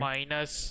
Minus